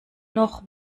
noch